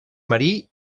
marí